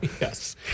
yes